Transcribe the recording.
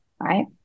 right